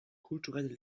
kulturelle